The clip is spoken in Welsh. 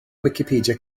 wicipedia